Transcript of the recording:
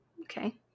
okay